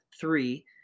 three